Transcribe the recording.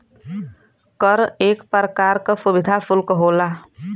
कर एक परकार का सुविधा सुल्क होला